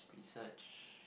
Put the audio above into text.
research